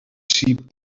sheep